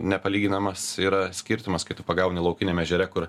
nepalyginamas yra skirtumas kai tu pagauni laukiniam ežere kur